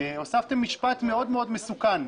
הוספתם משפט מאוד מאוד מסוכן.